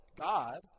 God